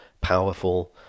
powerful